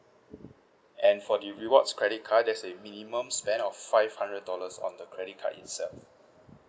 and for the rewards credit card there's a minimum spend of five hundred dollars on the credit card itself